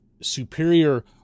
superior